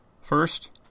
First